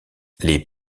les